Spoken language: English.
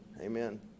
Amen